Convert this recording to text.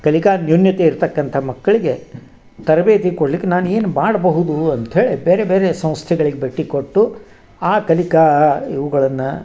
ಕಲಿಕಾ ನೂನ್ಯತೆ ಇರತಕ್ಕಂಥ ಮಕ್ಕಳಿಗೆ ತರಬೇತಿ ಕೊಡ್ಲಿಕ್ಕೆ ನಾನು ಏನು ಮಾಡಬಹುದು ಅಂತ್ಹೇಳಿ ಬೇರೆ ಬೇರೆ ಸಂಸ್ಥೆಗಳಿಗೆ ಭೇಟಿ ಕೊಟ್ಟು ಆ ಕಲಿಕಾ ಇವುಗಳನ್ನು